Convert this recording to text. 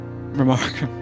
remark